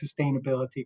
sustainability